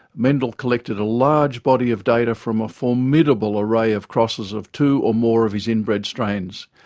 mendel collected a large body of data from a formidable array of crosses of two or more of his inbred strains,